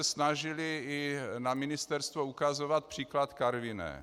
Snažili jsme se na ministerstvu ukazovat příklad Karviné.